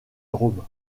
drôme